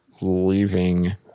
leaving